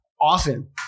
often